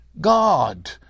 God